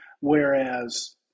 Whereas